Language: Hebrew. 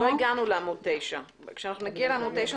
עוד לא הגענו לעמוד 9. כשנגיע לעמוד 9,